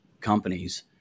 companies